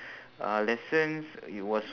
uh lessons it was